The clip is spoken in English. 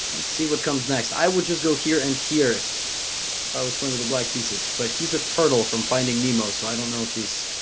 let's see what comes next i would just go here and here if i was playing with the black pieces but he's a turtle from finding nemo so i don't know if he's